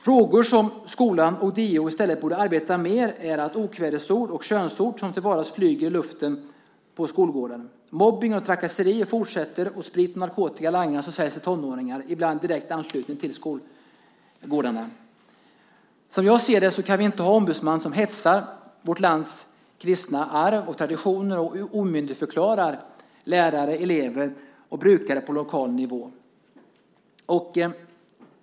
Frågor som skolan och DO i stället borde arbeta med är sådana som handlar om att okvädingsord och könsord till vardags far i luften på skolgården, att mobbning och trakasserier fortsätter och att sprit och narkotika langas och säljs till tonåringar, ibland i direkt anslutning till skolgårdarna. Som jag ser det kan vi inte ha en ombudsman som hetsar vårt lands kristna arv och traditioner och omyndigförklarar lärare, elever och brukare på lokal nivå.